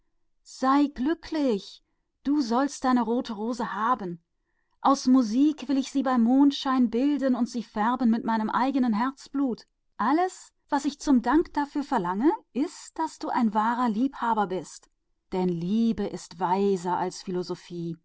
dich du sollst deine rote rose haben ich will sie beim mondlicht bilden aus liedern und färben mit meinem eignen herzblut alles was ich von dir dafür verlange ist daß du deiner liebe treu bleiben sollst denn die liebe ist weiser als